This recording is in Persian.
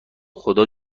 خدا